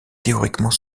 théoriquement